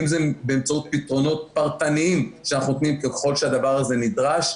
אם זה באמצעות פתרונות פרטניים שאנחנו נותנים ככל שהדבר הזה נדרש,